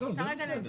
לא, זה בסדר.